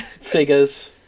figures